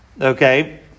Okay